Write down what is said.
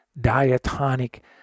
diatonic